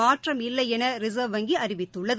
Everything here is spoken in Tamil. மாற்றம் இல்லைனரிசர்வ் வங்கிஅறிவித்துள்ளது